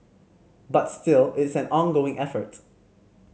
but still is an ongoing effort